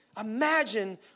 Imagine